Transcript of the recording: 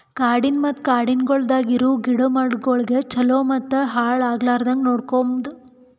ಕಾಡಿನ ಮತ್ತ ಕಾಡಗೊಳ್ದಾಗ್ ಇರವು ಗಿಡ ಮರಗೊಳಿಗ್ ಛಲೋ ಮತ್ತ ಹಾಳ ಆಗ್ಲಾರ್ದಂಗ್ ನೋಡ್ಕೋಮದ್